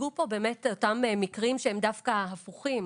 הוצגו פה אותם מקרים, שהם דווקא הפוכים.